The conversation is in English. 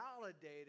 validated